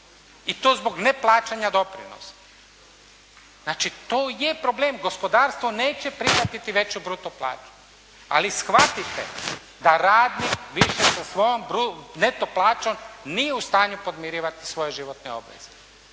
I to zbog neplaćanja doprinosa. Znači to je problem. Gospodarstvo neće prihvatiti veću bruto plaću. Ali shvatite da radnik … /Govornik se ne razumije./ … više se svojom neto plaćom nije u stanju podmirivati svoje životne obveze.